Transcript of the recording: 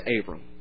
Abram